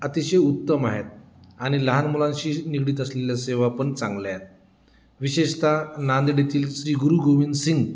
अतिशय उत्तम आहेत आणि लहान मुलांशी निगडीत असलेल्या सेवा पण चांगल्या आहेत विशेषत नांदेड येथील श्री गुरू गोविंद सिंग